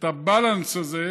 את הבלנס הזה,